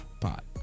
pot